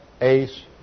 ace